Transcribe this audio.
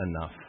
enough